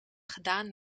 gedaan